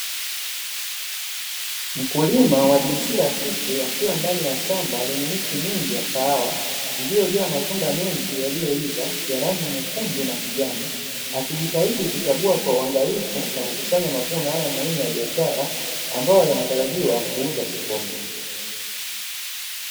Mkulima wa jinsia ya kike, akiwa ndani ya shamba lenye miti mingi ya kahawa iliyojaa matunda mengi yaliyoiva ya rangi nyekundu na kijani, akijitahidi kuchagua kwa uangalifu na kukusanya mavuno hayo muhimu ya biashara, ambayo yanatarajiwa kuuzwa sokoni.